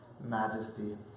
majesty